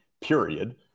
period